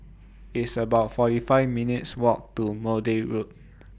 It's about forty nine minutes' Walk to Maude Road